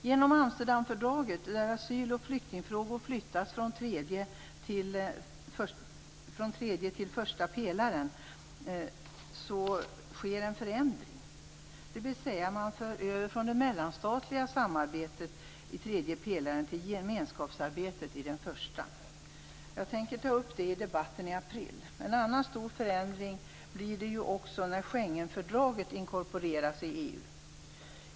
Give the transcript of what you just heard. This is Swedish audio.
Genom Amsterdamfördraget, där asyl och flyktingfrågor flyttas från tredje till första pelaren sker en förändring. Man för över från det mellanstatliga samarbetet i tredje pelaren till gemenskapsarbetet i den första. Jag tänker ta upp detta i debatten i april. En annan stor förändring blir det när Schengenfördraget inkorporeras i EU.